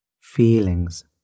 feelings